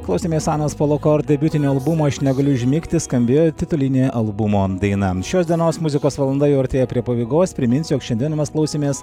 klausėmės anos polukord debiutinio albumo aš negaliu užmigti skambėjo titulinė albumo daina šios dienos muzikos valanda jau artėja prie pabaigos priminsiu jog šiandieną mes klausėmės